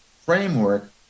framework